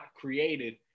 created